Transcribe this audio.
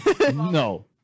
No